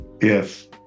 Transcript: yes